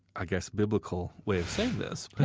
i guess, biblical way of saying this,